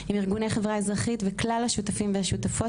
עם ארגוני החברה האזרחית וכלל השותפים והשותפות